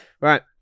right